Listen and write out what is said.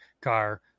car